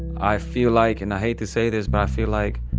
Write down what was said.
i feel like, and i hate to say this, but i feel like